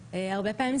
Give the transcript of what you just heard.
מהאינטימיות.